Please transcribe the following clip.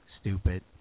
stupid